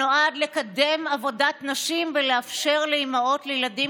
שנועד לקדם עבודת נשים ולאפשר לאימהות לילדים